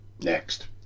next